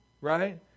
right